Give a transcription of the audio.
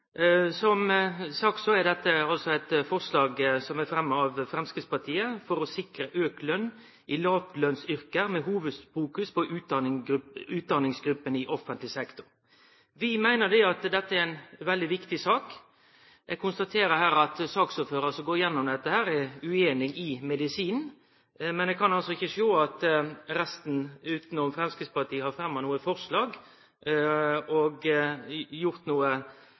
Som sagt er dette eit forslag som er fremja av Framstegspartiet for å sikre eit lønnslyft i låglønnsyrke, med fokus på utdanningsgruppene i offentleg sektor. Vi meiner at dette er ei veldig viktig sak. Eg konstaterer her at saksordføraren, som går igjennom dette, er ueinig i medisinen, men eg kan ikkje sjå at resten – berre Framstegspartiet – har fremja noko forslag og